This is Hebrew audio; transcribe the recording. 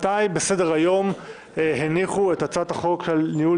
מתי בסדר-היום הניחו את הצעת החוק על ניהול